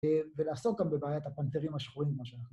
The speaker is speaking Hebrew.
ולעסוק גם בבעיית הפנתרים השחורים, מה